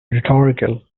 rhetorical